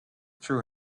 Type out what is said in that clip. true